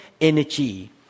energy